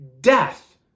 death